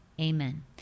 Amen